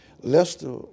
Lester